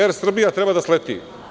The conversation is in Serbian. Air Srbija treba da sleti.